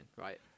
right